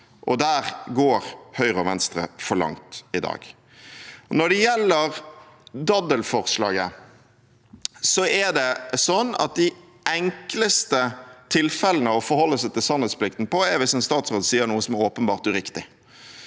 Der går Høyre og Venstre for langt i dag. Når det gjelder daddelforslaget, er det slik at de enkleste tilfellene av sannhetsplikt å forholde seg til, er hvis en statsråd sier noe som er åpenbart uriktig.